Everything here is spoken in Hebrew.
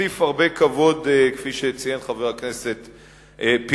הוסיף הרבה כבוד, כפי שציין חבר הכנסת פינס.